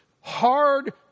Hard